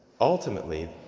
ultimately